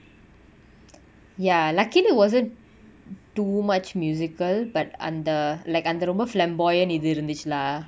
ya luckily wasn't too much musical but அந்த:antha like அந்த ரொம்ப:antha romba flamboyant இது இருந்துச்சு:ithu irunthuchu lah